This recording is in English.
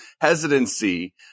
hesitancy